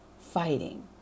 fighting